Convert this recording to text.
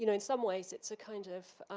you know in some ways, it's a kind of